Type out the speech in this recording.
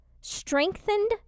strengthened